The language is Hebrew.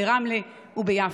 ברמלה וביפו.